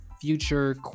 Future